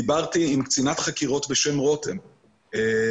דיברתי עם קצינת חקירות בשם רותם מהתחנה,